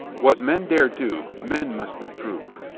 what men dare do men must reprove.